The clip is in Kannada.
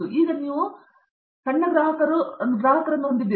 ಈಗ ನೀವು ಅಲ್ಲಿ ಕುಳಿದಿದ್ದ ಸಣ್ಣ ಗ್ರಾಹಕರು ಮತ್ತು ಆಹಾರವನ್ನು ಹೊಂದಿದ್ದೀರಿ